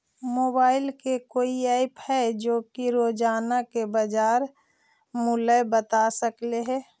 Mobile के कोइ app है जो कि रोजाना के बाजार मुलय बता सकले हे?